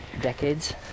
Decades